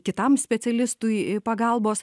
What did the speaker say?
kitam specialistui pagalbos